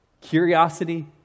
Curiosity